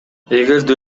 эгерде